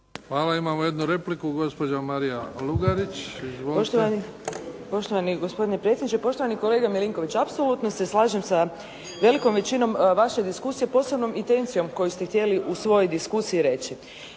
Hvala. Imamo jednu repliku, gospođa Marija Lugarić. Izvolite. **Lugarić, Marija (SDP)** Poštovani gospodine predsjedniče, poštovani kolega Milinković. Apsolutno se slažem sa velikom većinom vaše diskusije, posebno intencijom koju ste htjeli u svojoj diskusiji reći.